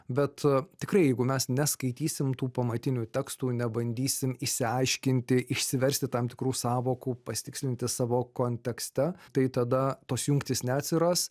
bet tikrai jeigu mes neskaitysim tų pamatinių tekstų nebandysim išsiaiškinti išsiversti tam tikrų sąvokų pasitikslinti savo kontekste tai tada tos jungtys neatsiras